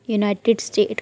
United state